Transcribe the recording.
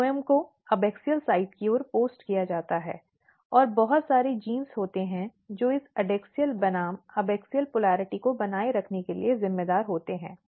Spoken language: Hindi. फ्लोएम को एबॅक्सियल साइड की ओर पोस्ट किया जाता है और बहुत सारे जीन्स होते हैं जो इस ऐक्सैडियल बनाम अबैसिक पोलरिटी को बनाए रखने के लिए जिम्मेदार होते हैं